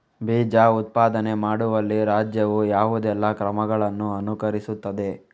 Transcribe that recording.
ಬೀಜ ಉತ್ಪಾದನೆ ಮಾಡುವಲ್ಲಿ ರಾಜ್ಯವು ಯಾವುದೆಲ್ಲ ಕ್ರಮಗಳನ್ನು ಅನುಕರಿಸುತ್ತದೆ?